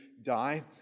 die